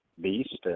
beast